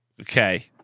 okay